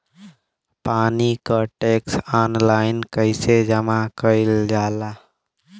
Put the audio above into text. पानी क tax online कईसे जमा कईल जाला?